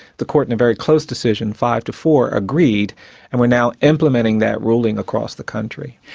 the court in a very close decision, five to four, agreed and we're now implementing that ruling across the country.